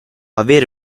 avere